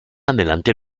adelante